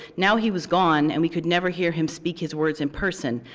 now he was gone and we could never hear him speak his words in person,